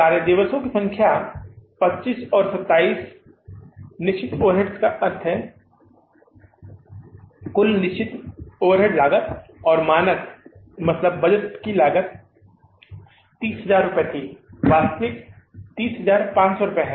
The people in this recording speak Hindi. कार्यदिवसों की संख्या 25 और 27 निश्चित ओवरहेड का अर्थ है कुल निश्चित ओवरहेड लागत और मानक मतलब बजट की लागत 30000 रुपये थी वास्तविक 30500 है